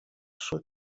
sud